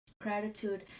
gratitude